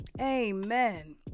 Amen